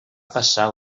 passar